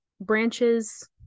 branches